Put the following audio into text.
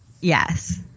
Yes